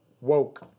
woke